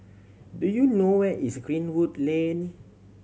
do you know where is Greenwood Lane